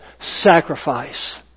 sacrifice